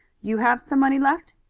you have some money left?